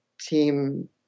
team